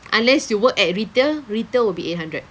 unless you work at retail retail will be eight hundred